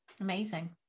Amazing